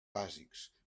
bàsics